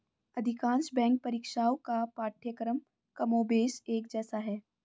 अधिकांश बैंक परीक्षाओं का पाठ्यक्रम कमोबेश एक जैसा है